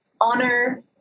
honor